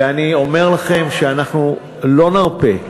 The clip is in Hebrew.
ואני אומר לכם שאנחנו לא נרפה.